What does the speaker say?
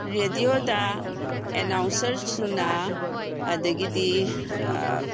ꯔꯦꯗꯤꯑꯣꯗ ꯑꯦꯅꯥꯎꯟꯁꯔꯁꯤꯡꯅ ꯑꯗꯒꯤꯗꯤ